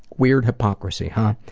weird hypocrisy, huh?